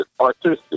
artistic